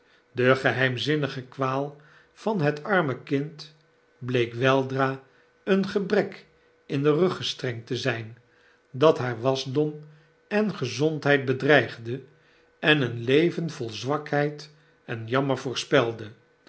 de geheimzinnige kwaal van het arme kind bleek weldra een gebrek in de ruggestreng te zijn dat haar wasdom en gezondheid bedreigde en een leven vol zwakheid en jammer